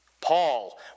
Paul